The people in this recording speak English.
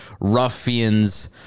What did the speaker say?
ruffians